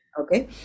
okay